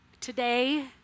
Today